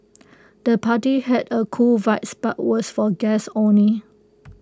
the party had A cool vibes but was for guests only